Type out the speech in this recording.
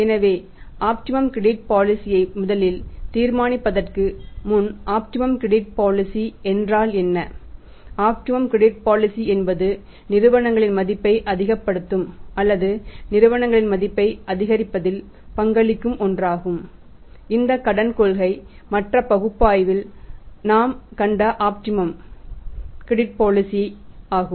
எனவே optimum credit policy ஆகும்